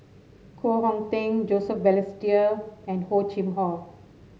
Koh Hong Teng Joseph Balestier and Hor Chim Or